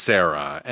Sarah